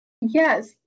Yes